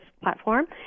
platform